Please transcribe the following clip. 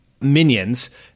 minions